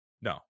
No